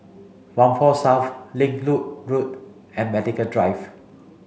Whampoa South Link Road Road and Medical Drive